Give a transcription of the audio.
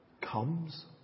comes